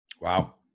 Wow